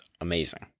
amazing